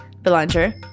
belanger